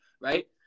right